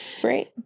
Great